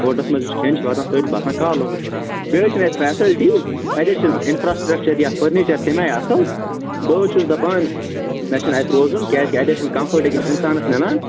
ہوٹَلَس منٛز یُس کھٮ۪ن چھُ واتان سُہ حظ چھِ باسان کالُک بیٚیہِ حظ چھِنہٕ اَتہِ فیٚسَلٹی اَتہِ حظ چھِ اِنفراسٹرٛیکچَر یا فٔرنیٖچَر تَمہِ آیہِ اَصٕل بہٕ حظ چھُس دَپان مےٚ چھُنہٕ اَتہِ روزُن کیٛازکہِ اَتہِ حظ چھِ کَمفٲٹ أکِس اِنسانَس میلان